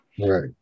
right